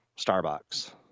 Starbucks